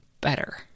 better